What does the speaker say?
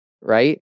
Right